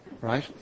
Right